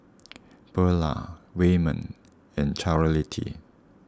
Buelah Wayman and Charolette